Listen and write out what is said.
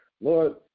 Lord